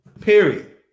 Period